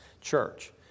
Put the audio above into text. church